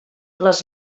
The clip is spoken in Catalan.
les